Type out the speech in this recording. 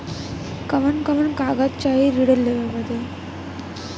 कवन कवन कागज चाही ऋण लेवे बदे?